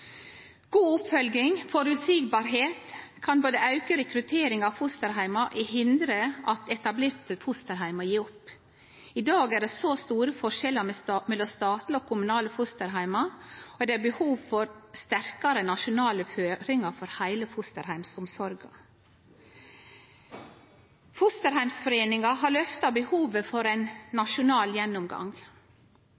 God oppfølging og føreseielege vilkår kan både auke rekrutteringa av fosterheimar og hindre at etablerte fosterheimar må gje opp. I dag er det store forskjellar mellom statlege og kommunale fosterheimar, og det er behov for sterkare nasjonale føringar for heile fosterheimsomsorga. Fosterheimsforeininga har løfta behovet for ein